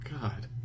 God